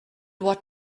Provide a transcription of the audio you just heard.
what